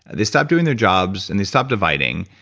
they stop doing their jobs, and they stop dividing,